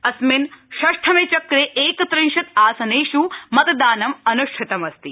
अस्मिन् षष्ठमे चक्रे एकत्रिंशत् आसनेष् मतदानम् अनुष्ठितम् अस्ति